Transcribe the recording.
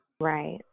Right